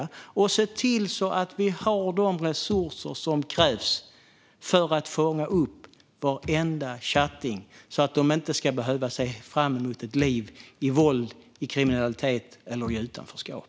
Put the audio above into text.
Låt oss se till att ha de resurser som krävs för att fånga upp varenda tjatting så att de inte ska behöva se fram emot ett liv i våld, kriminalitet eller utanförskap.